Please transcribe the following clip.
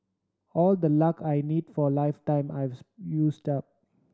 all the luck I need for a lifetime I've used up